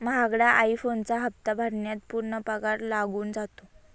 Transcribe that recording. महागडा आई फोनचा हप्ता भरण्यात पूर्ण पगार लागून जातो